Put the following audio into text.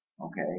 Okay